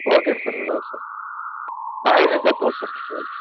okay sir right sir ಹಾಂ ಹೇಳ್ತೀನಿ ತೋರಿಸಿ ಹ್ಞೂ